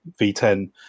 V10